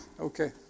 okay